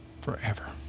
forever